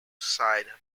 side